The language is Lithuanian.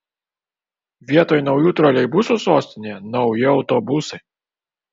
vietoj naujų troleibusų sostinėje nauji autobusai